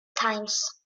times